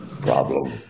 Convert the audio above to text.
problem